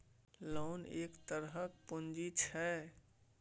loan एक तरहक पुंजी छै